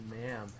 ma'am